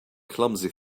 clumsy